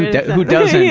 yeah who does, yeah